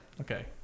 Okay